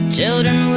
Children